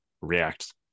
react